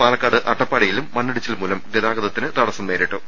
പാലക്കാട് അട്ടപ്പാടിയിലും മണ്ണിടിച്ചിൽമൂലം ഗതാഗതത്തിന് തടസ്സം നേരിട്ടു